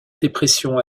dépression